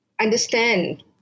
understand